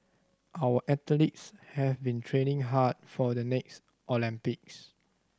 our athletes have been training hard for the next Olympics